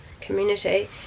community